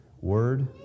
Word